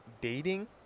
dating